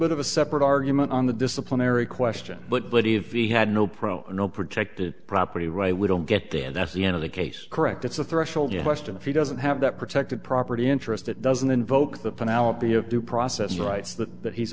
bit of a separate argument on the disciplinary question but but if he had no pro no protected property right we don't get there that's the end of the case correct it's a threshold question if he doesn't have that protected property interest it doesn't invoke the penelope of due process rights that that he's